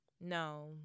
No